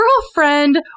girlfriend